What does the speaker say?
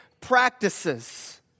practices